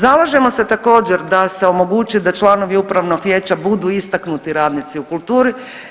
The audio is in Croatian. Zalažemo se također, da se omogući da članovi upravnog vijeća budu istaknuti radnici u kulturi.